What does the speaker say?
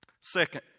Second